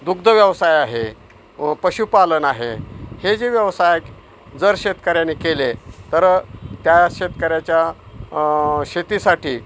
दुग्ध व्यवसाय आहे व पशुपालन आहे हे जे व्यवसाय जर शेतकऱ्याने केले तर त्या शेतकऱ्याच्या शेतीसाठी